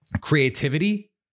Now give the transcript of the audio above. creativity